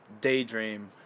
daydream